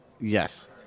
Yes